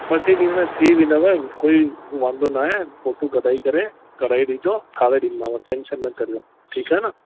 ॿ टे ॾींहं में थी वेंदुव कोई वांदो नाहे फ़ोटू कढाए करे कराए ॾिजो ठाहिराए ॾींदोमांव टेंशन न करिजो ठीकु आहे न